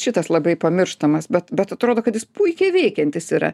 šitas labai pamirštamas bet bet atrodo kad jis puikiai veikiantis yra